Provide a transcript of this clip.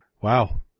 Wow